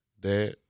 Dad